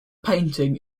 painting